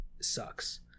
sucks